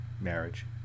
marriage